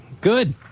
Good